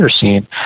scene